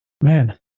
Man